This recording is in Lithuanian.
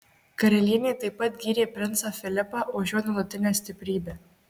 karalienė taip pat gyrė princą filipą už jo nuolatinę stiprybę